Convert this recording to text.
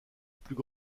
plus